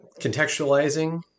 contextualizing